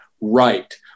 right